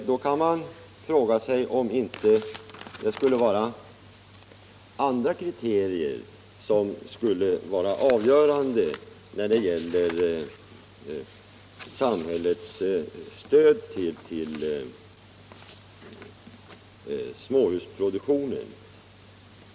Då kan man fråga sig om inte andra kriterier borde vara avgörande när det gäller samhällets stöd till små husproduktionen.